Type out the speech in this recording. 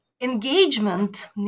engagement